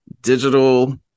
digital